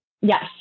Yes